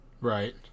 right